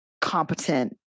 competent